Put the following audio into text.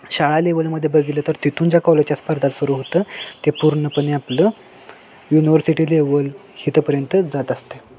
शाळा लेवलमध्ये बघितलं तर तिथून ज्या कॉलेजच्या स्पर्धा सुरू होतं ते पूर्णपणे आपलं युनिवर्सिटी लेवल इथपर्यंत जात असतं